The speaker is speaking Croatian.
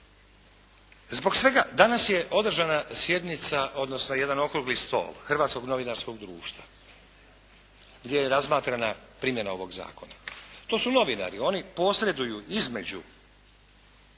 Zbog svega danas je održana sjednica odnosno jedan okrugli stol Hrvatskog novinarskog društva gdje je razmatrana primjena ovog zakona. To su novinari, oni posreduju između